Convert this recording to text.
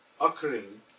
occurring